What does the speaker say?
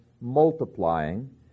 multiplying